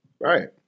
Right